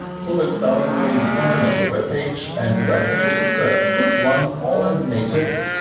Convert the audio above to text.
so it's downloading the content of the webpage, and the webpage itself could run all native.